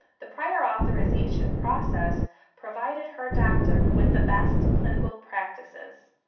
the prior authorization process provided her doctor with the best clinical practices.